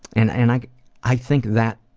and and i i think that